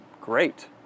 great